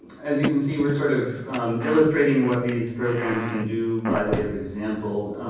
as you can see, we're sort of illustrating what these programs can do by way of example.